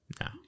no